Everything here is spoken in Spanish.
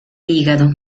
hígado